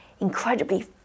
incredibly